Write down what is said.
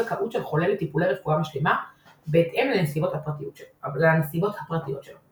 לטיפולי רפואה משלימה בהתאם לנסיבות הפרטיות שלו.